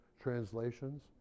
translations